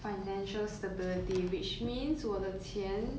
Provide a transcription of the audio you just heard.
financial stability which means 我的钱